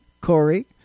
Corey